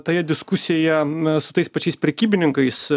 toje diskusijoje mes su tais pačiais prekybininkais